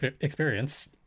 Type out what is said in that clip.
experience